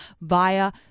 via